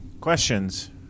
Questions